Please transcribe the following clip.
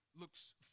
looks